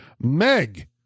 Meg